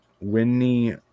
Winnie